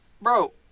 Bro